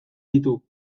ditu